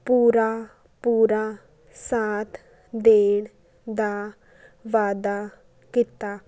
ਪੂਰਾ ਪੂਰਾ ਸਾਥ ਦੇਣ ਦਾ ਵਾਅਦਾ ਕੀਤਾ